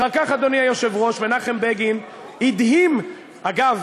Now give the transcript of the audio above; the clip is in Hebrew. אחר כך, אדוני היושב-ראש, מנחם בגין הדהים, אגב,